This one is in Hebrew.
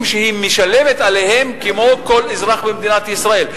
שהיא משלמת עליהם כמו כל אזרח במדינת ישראל.